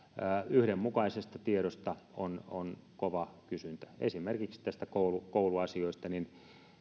yhdenmukaisesta tiedosta on on kova kysyntä esimerkiksi kouluasioista